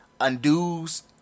undoes